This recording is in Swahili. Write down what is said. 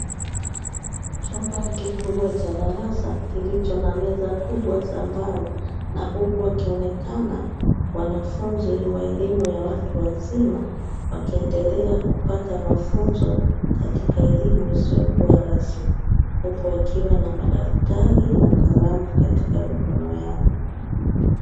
Chumba kikubwa cha darasa, kilicho na meza kubwa za mbao, na huku wakionekana wanafunzi wa elimu ya watu wazima wakiendelea kupata mafunzo katika elimu isiyokuwa rasmi, huku wakiwa na madaftari na kalamu katika mikono yao.